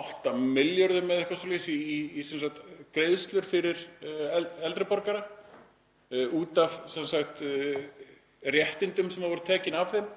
8 milljörðum, eða eitthvað svoleiðis, í greiðslur fyrir eldri borgara út af réttindum sem voru tekin af þeim.